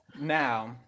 Now